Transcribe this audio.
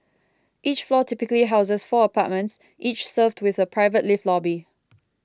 each floor typically houses four apartments each served with a private lift lobby